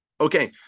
Okay